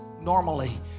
normally